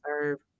serve